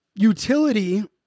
utility